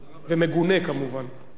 אתה רוצה שאני אארגן לך ביקור בעזה?